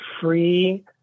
free